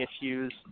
issues